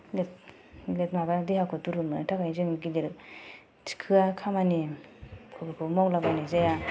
बे माबा देहाखौ दुरुन मोननो थाखाय जों गिलिर थिखोआ खामानिफोरखौ मावलाबायनाय जाया